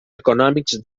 econòmics